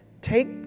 Take